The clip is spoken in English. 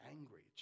Angry